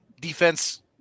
Defense